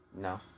No